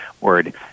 word